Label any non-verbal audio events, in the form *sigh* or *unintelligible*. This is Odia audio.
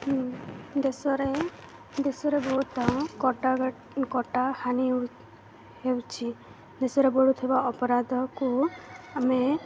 ଦେଶରେ ଦେଶରେ ବହୁତ କଟା *unintelligible* କଟା ହାନି ହେଉଛି ଦେଶରେ ବଢ଼ୁଥିବା ଅପରାଧକୁ ଆମେ